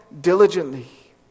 diligently